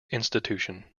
institution